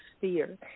fear